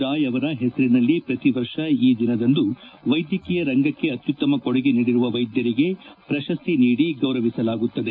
ರಾಯ್ ಅವರ ಹೆಸರಿನಲ್ಲಿ ಪ್ರತಿ ವರ್ಷ ಈ ದಿನದಂದು ವೈದ್ಯಕೀಯ ರಂಗಕ್ಷೆ ಅತ್ಯುತ್ತಮ ಕೊಡುಗೆ ನೀಡಿರುವ ವೈದ್ಯರಿಗೆ ಪ್ರಶಸ್ತಿ ನೀಡಿ ಗೌರವಿಸಲಾಗುತ್ತದೆ